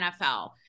NFL